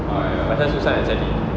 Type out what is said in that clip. macam susah nak cari